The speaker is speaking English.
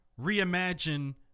reimagine